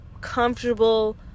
comfortable